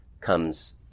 comes